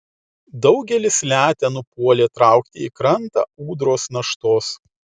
daugelis letenų puolė traukti į krantą ūdros naštos